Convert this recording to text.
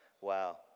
Wow